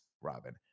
robin